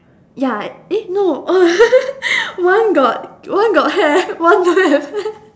ya eh no oh one got one got hair one don't have hair